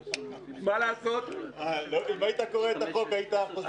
אם היית קורא את החוק, היית חוזר בך.